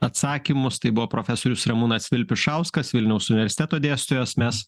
atsakymus tai buvo profesorius ramūnas vilpišauskas vilniaus universiteto dėstytojos mes